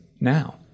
Now